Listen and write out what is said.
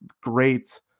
great